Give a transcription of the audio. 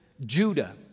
Judah